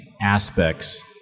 aspects